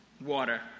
water